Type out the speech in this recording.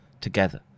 together